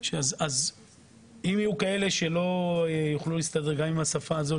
אם יהיו כאלה שלא יוכלו להסתדר גם עם השפה הזו,